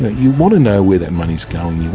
you want to know where that money's going,